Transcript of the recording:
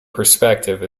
perspective